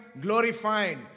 glorified